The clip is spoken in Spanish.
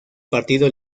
partido